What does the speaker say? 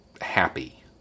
happy